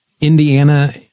Indiana